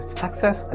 success